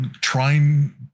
trying